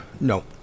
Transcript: no